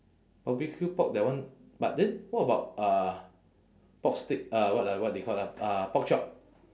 barbecue pork that one but then what about uh pork steak uh what ah what they call ah uh pork chop